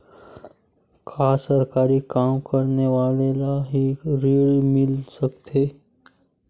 का सरकारी काम करने वाले ल हि ऋण मिल सकथे?